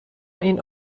این